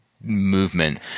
movement